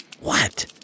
What